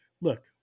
look